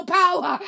power